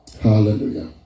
Hallelujah